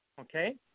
Okay